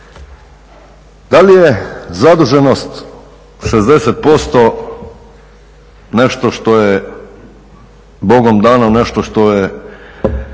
Da li je zaduženost 60% nešto što je Bogom dano, nešto što je